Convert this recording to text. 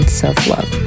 self-love